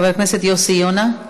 חבר הכנסת יוסי יונה.